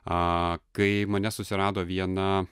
a kai mane susirado viena